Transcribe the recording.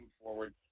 forward